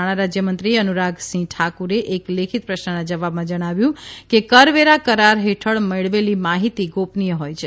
નાણાંરાજયમંત્રી અનુરાગસિંહ ઠાકુરે એક લેખિત પ્રશ્નના જવાબમાં જણાવ્યું કે કરવેરા કરાર હેઠળ મેળવેલી માહિતી ગોપનીય હોય છે